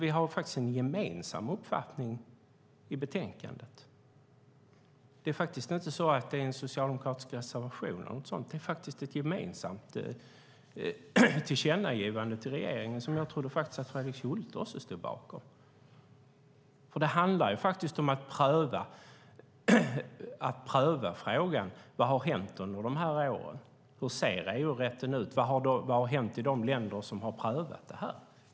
Vi har faktiskt en gemensam uppfattning i betänkandet. Det finns inte någon socialdemokratisk reservation, utan det är faktiskt ett gemensamt tillkännagivande till regeringen som jag trodde att också Fredrik Schulte stod bakom. Det handlar om att pröva frågan och se vad som har hänt under de här åren. Hur ser EU-rätten ut? Vad har hänt i de länder som har prövat detta?